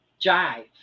jive